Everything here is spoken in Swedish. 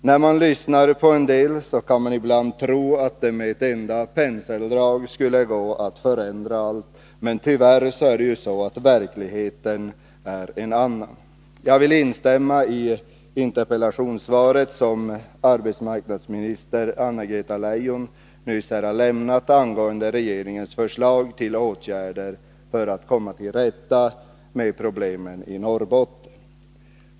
När man lyssnar på en del av dem som yttrar sig, kan man ibland tro att det med ett enda penseldrag skulle gå att förändra allt. Tyvärr är verkligheten en annan. Jag vill instämma i det interpellationssvar som arbetsmarknadsminister Anna-Greta Leijon nyss här har lämnat angående regeringens förslag till åtgärder för att komma till rätta med problemen i Norrbotten.